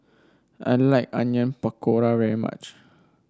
I like Onion Pakora very much